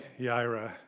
Yaira